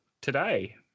today